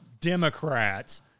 Democrats